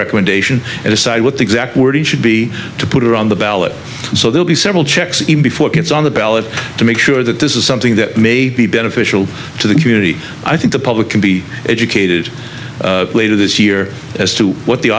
recommendation and decide what the exact wording should be to put it on the ballot so they'll be several checks in before it gets on the ballot to make sure that this is something that may be beneficial to the community i think the public can be educated later this year as to what the